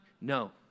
No